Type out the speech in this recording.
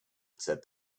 said